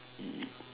ya